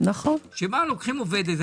שלוקחים עובדת,